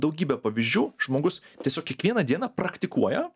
daugybė pavyzdžių žmogus tiesiog kiekvieną dieną praktikuoja